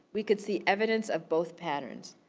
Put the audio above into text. we could see evidence of both patterns.